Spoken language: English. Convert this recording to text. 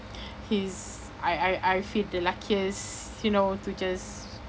he's I I I feel the luckiest you know to just